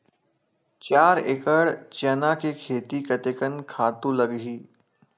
चार एकड़ चना के खेती कतेकन खातु लगही?